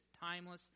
timeless